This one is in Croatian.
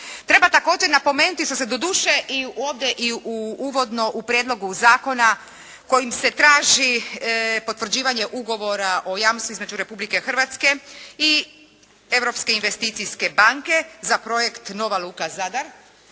Treba također napomenuti, što se doduše uvodno u Prijedlogu zakona kojim se traži potvrđivanje ugovora o jamstvu između Republike Hrvatske i Europske investicijske banke za projekt "Nova luka Zadar"